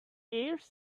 ears